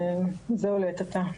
זהו לעת עתה.